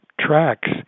tracks